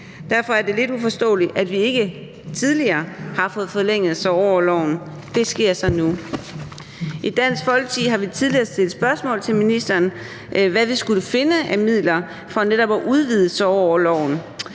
Derfor er det lidt uforståeligt, at vi ikke tidligere har fået forlænget sorgorloven. Det sker så nu. I Dansk Folkeparti har vi tidligere stillet spørgsmål til ministeren om, hvad vi skulle finde af midler for netop at udvide sorgorloven.